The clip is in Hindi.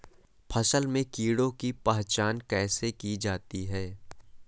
फसल में कीड़ों की पहचान कैसे की जाती है?